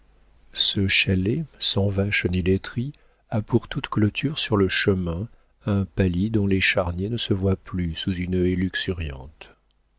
ce chalet sans vaches ni laiterie a pour toute clôture sur le chemin un palis dont les charniers ne se voient plus sous une haie luxuriante